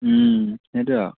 সেইটো আৰু